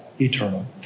eternal